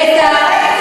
מה עם שמאלנים?